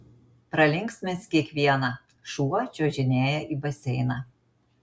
pralinksmins kiekvieną šuo čiuožinėja į baseiną